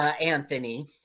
Anthony